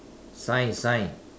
sign sign